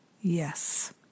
Yes